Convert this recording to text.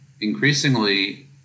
Increasingly